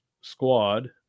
squad